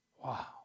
Wow